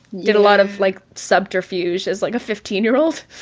did a lot of like subterfuge as like a fifteen year old